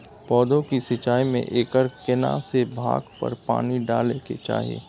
पौधों की सिंचाई में एकर केना से भाग पर पानी डालय के चाही?